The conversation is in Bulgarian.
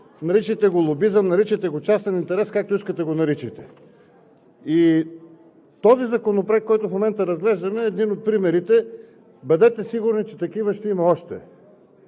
Наричайте го лобизъм, наричайте го частен интерес, както искате го наричайте. Законопроектът, който в момента разглеждаме, е един от примерите. Бъдете сигурни, че такива ще има още